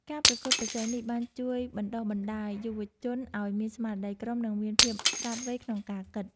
ការប្រកួតប្រជែងនេះបានជួយបណ្តុះបណ្តាលយុវជនឱ្យមានស្មារតីក្រុម និងមានភាពឆ្លាតវៃក្នុងការគិត។